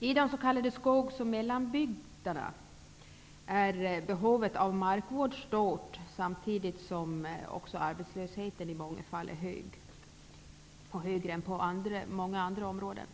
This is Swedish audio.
I de s.k. skogs och mellanbygderna är behovet av markvård stort, samtidigt som arbetslösheten i många fall är högre än i andra områden.